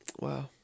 Wow